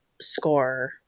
score